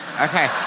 Okay